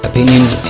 Opinions